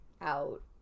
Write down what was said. out